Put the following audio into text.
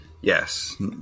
Yes